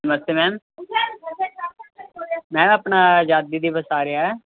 ਨਮਸਤੇ ma'am ma'am ਆਪਣਾ ਆਜ਼ਾਦੀ ਦਿਵਸ ਆ ਰਿਹਾ